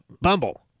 Bumble